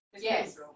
yes